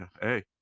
hey